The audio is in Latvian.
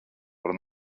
par